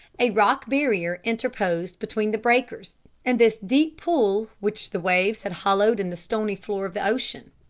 a rock barrier interposed between the breakers and this deep pool which the waves had hollowed in the stony floor of the ocean.